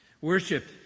Worship